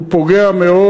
הוא פוגע מאוד.